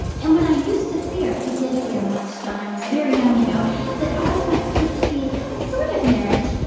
and when i used to fear i did fear once, john i was very young, you know that ours might prove to be an ill-assorted marriage,